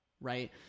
right